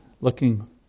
Looking